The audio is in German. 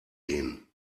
gehen